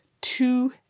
two